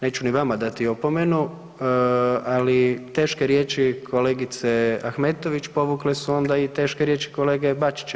Neću ni vama dati opomenu, ali teške riječi kolegice Ahmetović povukle su onda i teške riječi kolege Bačića.